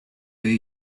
where